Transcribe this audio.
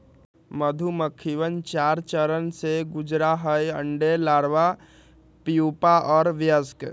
मधुमक्खिवन चार चरण से गुजरा हई अंडे, लार्वा, प्यूपा और वयस्क